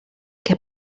que